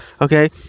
okay